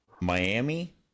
Miami